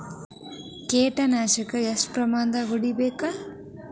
ಕೇಟ ನಾಶಕ ಎಷ್ಟ ಪ್ರಮಾಣದಾಗ್ ಹೊಡಿಬೇಕ?